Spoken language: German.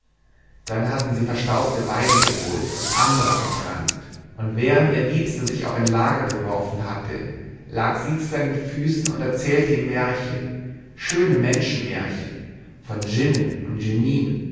dann hatte sie verstaubte weine geholt und ambra verbrannt und während ihr liebster sich auf ein lager geworfen hatte lag sie zu seinen füßen und erzählte ihm märchen schöne menschenmärchen von djinnen und